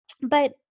But-